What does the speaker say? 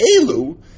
Elu